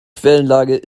quellenlage